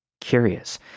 Curious